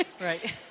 Right